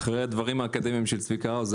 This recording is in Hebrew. אחרי הדברים האקדמיים של צביקה האוזר,